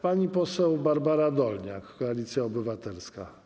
Pani poseł Barbara Dolniak, Koalicja Obywatelska.